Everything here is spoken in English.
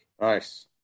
Nice